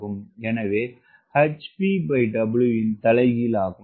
எனவே இது hpW இன் தலைகீழ் ஆகும்